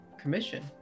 commission